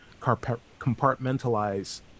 compartmentalize